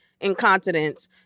Incontinence